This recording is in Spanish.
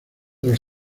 los